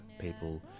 people